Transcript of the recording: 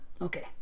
Okay